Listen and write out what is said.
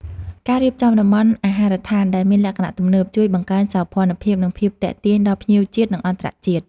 ការរៀបចំតំបន់អាហារដ្ឋានដែលមានលក្ខណៈទំនើប ជួយបង្កើនសោភ័ណភាពនិងភាពទាក់ទាញដល់ភ្ញៀវជាតិនិងអន្តរជាតិ។